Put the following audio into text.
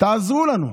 תעזרו לנו.